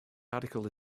article